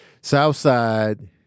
Southside